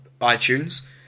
itunes